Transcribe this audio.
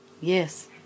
Yes